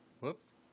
Whoops